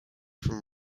from